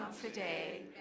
today